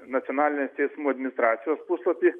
nacionalinės teismų administracijos puslapyje